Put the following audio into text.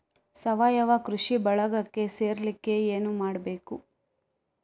ಸಾವಯವ ಕೃಷಿ ಬಳಗಕ್ಕೆ ಸೇರ್ಲಿಕ್ಕೆ ಏನು ಮಾಡ್ಬೇಕು?